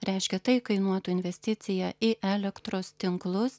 reiškia tai kainuotų investiciją į elektros tinklus